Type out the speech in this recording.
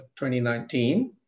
2019